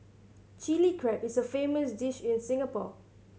Chilli Crab is a famous dish in Singapore